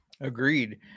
Agreed